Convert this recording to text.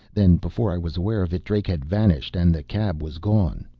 then, before i was aware of it, drake had vanished and the cab was gone.